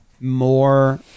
more